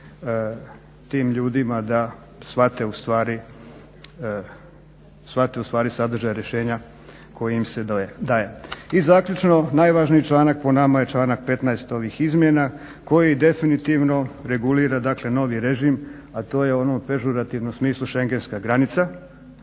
tim ljudima da shvate ustvari sadržaj rješenja koje im se daje. I zaključno, najvažniji članak po nama je članak 15. ovih izmjenama koji definitivno regulira novi režim, a to je ono u pežorativnom smislu schengenska granica